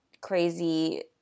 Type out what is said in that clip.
crazy